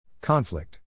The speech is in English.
Conflict